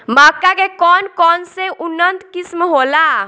मक्का के कौन कौनसे उन्नत किस्म होला?